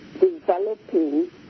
developing